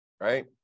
right